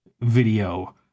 video